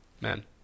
Man